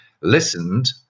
listened